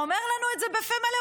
הוא אומר לנו את זה בפה מלא,